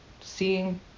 seeing